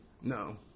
No